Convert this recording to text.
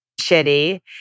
shitty